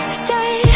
stay